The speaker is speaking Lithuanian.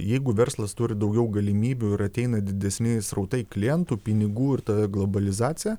jeigu verslas turi daugiau galimybių ir ateina didesni srautai klientų pinigų ir ta globalizacija